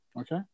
Okay